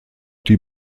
die